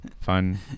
fun